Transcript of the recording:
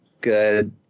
good